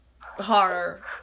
horror